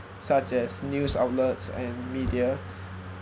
such as news outlets and media